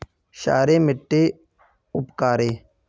क्षारी मिट्टी उपकारी?